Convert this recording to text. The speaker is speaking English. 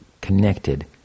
connected